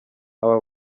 aba